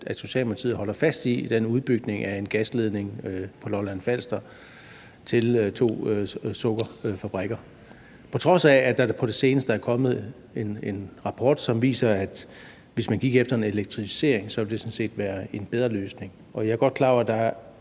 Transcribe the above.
at Socialdemokratiet holder fast i den udbygning af en gasledning på Lolland-Falster til to sukkerfabrikker, på trods af at der på det seneste er kommet en rapport, som viser, at det, hvis man gik efter en elektrificering, sådan set ville være en bedre løsning. Og jeg er godt klar over, at der er